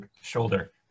shoulder